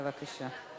בבקשה.